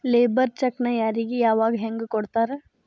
Labour ಚೆಕ್ಕ್ನ್ ಯಾರಿಗೆ ಯಾವಗ ಹೆಂಗ್ ಕೊಡ್ತಾರ?